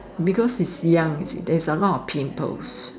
because is young you see there is a lot of pimples